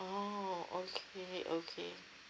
oh okay okay